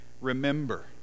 remember